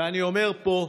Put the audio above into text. ואני אומר פה: